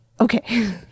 Okay